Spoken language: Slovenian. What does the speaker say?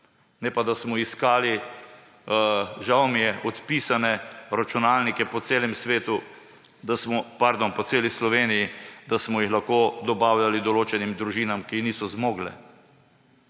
Ne pa da smo iskali – žal mi je – odpisane računalnike po celi Sloveniji, da smo jih lahko dobavljali določenim družinam, ki niso zmogle.